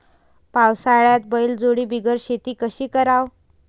पावसाळ्यात बैलजोडी बिगर शेती कशी कराव?